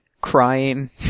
crying